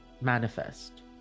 manifest